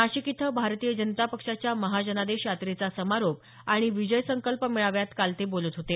नाशिक इथं भारतीय जनता पक्षाच्या महाजनादेश यात्रेचा समारोप आणि विजय संकल्प मेळाव्यात काल ते बोलत होते